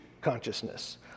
consciousness